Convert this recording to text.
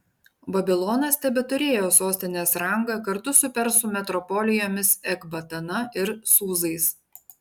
babilonas tebeturėjo sostinės rangą kartu su persų metropolijomis ekbatana ir sūzais